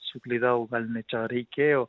suklydau gal ne čia reikėjo